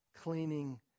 cleaning